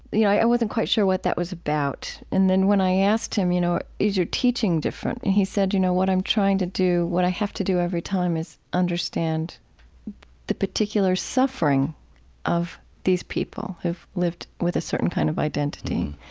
yeah i wasn't quite sure what that was about. and then when i asked him, you know is your teaching different? and he said, you know, what i'm trying to do, what i have to do every time is understand the particular suffering of these people who've lived with a certain kind of identity.